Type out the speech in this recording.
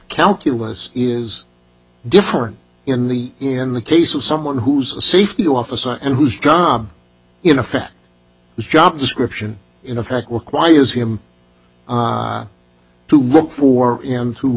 calculus is different in the in the case of someone who's a safety officer and whose job in effect the job description in effect requires him to look for him to